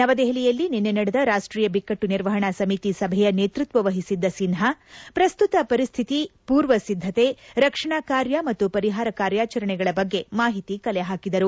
ನವದೆಹಲಿಯಲ್ಲಿ ನಿನ್ನೆ ನಡೆದ ರಾಷ್ಟ್ರೀಯ ಬಿಕ್ಕಟ್ಟು ನಿರ್ವಹಣಾ ಸಮಿತಿ ಸಭೆಯ ನೇತೃತ್ವದ ವಹಿಸಿದ್ದ ಸಿನ್ಹಾ ಪ್ರಸ್ತುತ ಪರಿಸ್ಥಿತಿ ಪೂರ್ವ ಸಿದ್ದತೆ ರಕ್ಷಣಾ ಕಾರ್ಯ ಮತ್ತು ಪರಿಹಾರ ಕಾರ್ಯಚರಣೆಗಳ ಬಗ್ಗೆ ಮಾಹಿತಿ ಕಲೆಹಾಕಿದರು